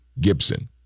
Gibson